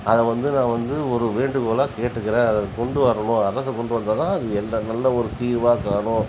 அதை வந்து நான் வந்து ஒரு வேண்டுகோளாக கேட்டுக்கிறேன் அதை கொண்டு வரணும் அரசு கொண்டு வந்தால்தான் அது எந்த நல்லா ஒரு தீர்வாக காணும்